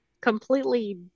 completely